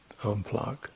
unplug